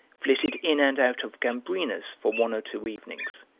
flitted in and out of gambrinus for one or two evenings,